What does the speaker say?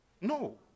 No